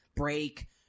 break